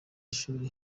ishuri